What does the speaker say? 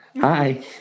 Hi